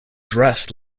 dressed